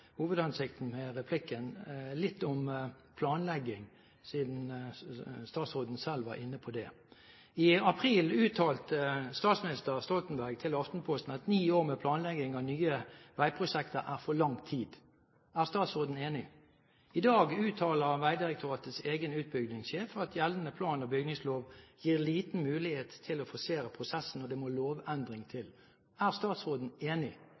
hovedhensikten med replikken. Litt om planlegging, siden statsråden selv var inne på det: I april uttalte statsminister Stoltenberg til Aftenposten at ni år til planlegging av nye veiprosjekter er for lang tid. Er statsråden enig? I dag uttaler Vegdirektoratets egen utbyggingssjef at gjeldende plan- og bygningslov gir liten mulighet til å forsere prosessen, og at det må lovendring til. Er statsråden enig?